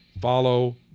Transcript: Follow